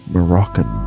Moroccan